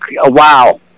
wow